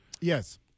Yes